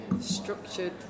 structured